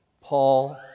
Paul